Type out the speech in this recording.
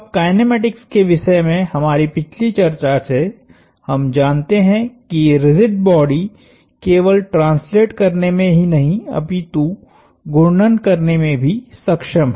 अब काइनेमेटिक्स के विषय में हमारी पिछली चर्चा से हम जानते हैं कि रिजिड बॉडी केवल ट्रांसलेट करने में ही नहीं अपितु घूर्णन करने में भी सक्षम है